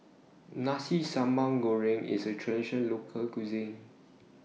Nasi Sambal Goreng IS A Traditional Local Cuisine